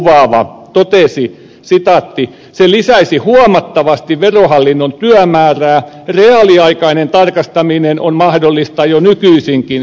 hän totesi että se lisäisi huomattavasti verohallinnon työmäärää ja että reaaliaikainen tarkastaminen on mahdollista jo nykyisinkin